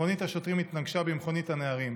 מכונית השוטרים התנגשה במכונית הנערים,